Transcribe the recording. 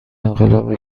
انقلاب